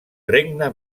regne